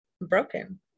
broken